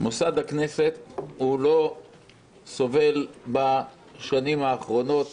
מוסד הכנסת לא סובל בשנים האחרונות